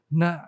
na